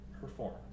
perform